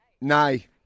Nay